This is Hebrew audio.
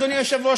אדוני היושב-ראש,